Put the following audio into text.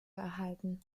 erhalten